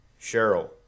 Cheryl